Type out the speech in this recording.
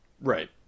Right